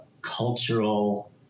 cultural